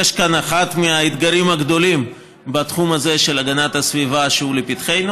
אחד האתגרים הגדולים בתחום הזה של הגנת הסביבה הוא לפתחנו.